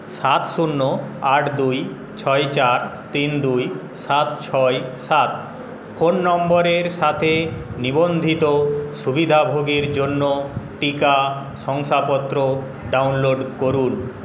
সাত শূন্য আট দুই ছয় চার তিন দুই সাত ছয় সাত ফোন নম্বরের সাথে নিবন্ধিত সুবিধাভোগীর জন্য টিকা শংসাপত্র ডাউনলোড করুন